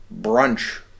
brunch